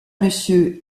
monsieur